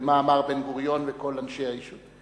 ומה אמר בן-גוריון לכל אנשי היישוב.